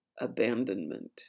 abandonment